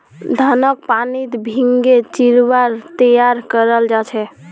धानक पानीत भिगे चिवड़ा तैयार कराल जा छे